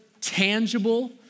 tangible